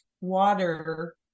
water